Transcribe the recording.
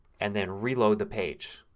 and then reload the page.